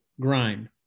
grind